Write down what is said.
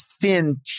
thin